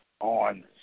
on